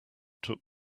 took